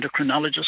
endocrinologist